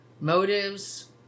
motives